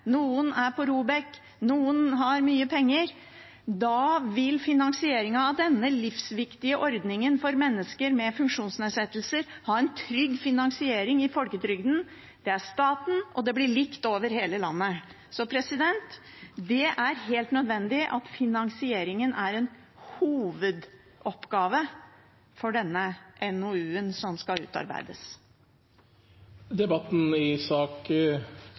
noen er på ROBEK, noen har mye penger. Da vil finansieringen av denne livsviktige ordningen for mennesker med funksjonsnedsettelse ha en trygg finansiering i folketrygden, staten, og det blir likt over hele landet. Det er helt nødvendig at finansieringen er en hovedoppgave for denne NOU-en som skal utarbeides. Flere har ikke bedt om ordet til sak